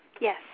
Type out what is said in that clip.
Yes